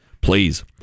Please